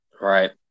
Right